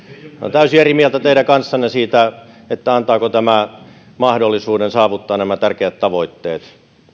täysin eri mieltä teidän kanssanne siitä antaako tämä mahdollisuuden saavuttaa nämä tärkeät tavoittet